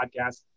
podcast